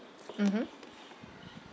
mmhmm